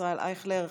ישראל אייכלר,